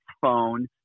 phone